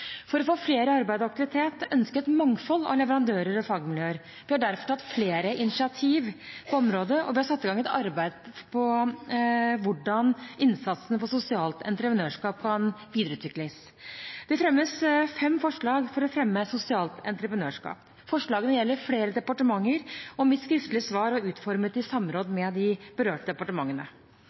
For å få flere i arbeid og aktivitet ønsker vi et mangfold av leverandører og fagmiljøer. Vi har derfor tatt flere initiativ på området, og vi har satt i gang et arbeid om hvordan innsatsen for sosialt entreprenørskap kan videreutvikles. Det fremmes fem forslag for å fremme sosialt entreprenørskap. Forslagene gjelder flere departementer, og mitt skriftlige svar er utformet i samråd med de berørte departementene.